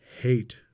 hate